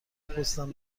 پستم